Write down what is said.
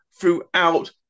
throughout